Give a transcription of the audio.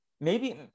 maybe-